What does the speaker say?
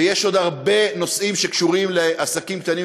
ויש עוד הרבה נושאים שקשורים לעסקים קטנים